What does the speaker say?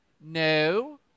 no